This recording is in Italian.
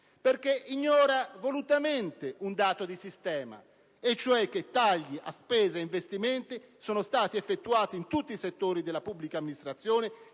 perché ignora volutamente un dato di sistema, e cioè che tagli a spese e investimenti sono stati effettuati in tutti i settori della pubblica amministrazione,